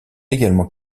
également